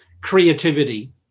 creativity